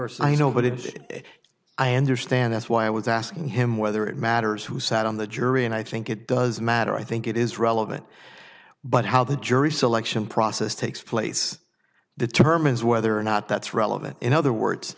leaver's i know but it is i understand that's why i was asking him whether it matters who sat on the jury and i think it does matter i think it is relevant but how the jury selection process takes place determines whether or not that's relevant in other words